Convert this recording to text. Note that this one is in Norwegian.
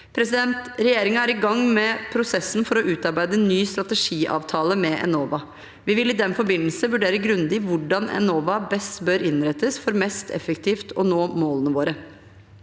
Regjeringen er i gang med prosessen for å utarbeide ny strategiavtale med Enova. Vi vil i den forbindelse vurdere grundig hvordan Enova best bør innrettes for mest effektivt å nå målene våre.